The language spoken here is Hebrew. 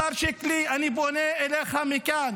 השר שיקלי, אני פונה אליך מכאן: